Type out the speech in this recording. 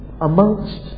amongst